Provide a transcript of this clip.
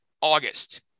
August